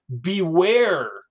beware